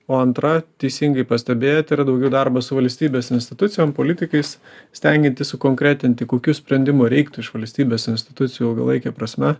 o antra teisingai pastebėjot yra daugiau darbo su valstybės institucijom politikais stengiantis sukonkretinti kokių sprendimų reiktų iš valstybės institucijų ilgalaike prasme